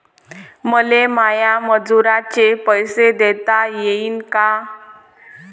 मले माया मजुराचे पैसे देता येईन का?